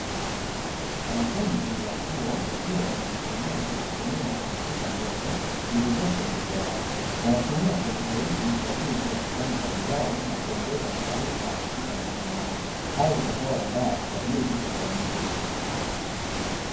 Wanafunzi wa chuo wakiwa wanajisomea kwa kutumia kompyuta ndogo zilizopo mbele yao. Wanatumia kompyuta hizi kwa ajili kufanya kazi zao na kuongeza maarifa katika masomo yao hali itakayowandaa kwa ajili ya kuajiriwa.